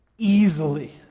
easily